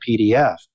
PDF